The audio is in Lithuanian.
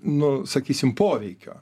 nu sakysim poveikio